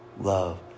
love